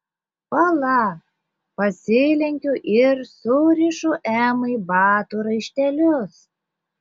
pala pasilenkiu ir surišu emai batų raištelius